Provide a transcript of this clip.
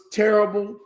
terrible